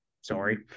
Sorry